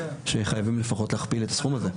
שחייבים לפחות להכפיל את הסכום הזה.